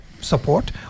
Support